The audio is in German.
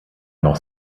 noch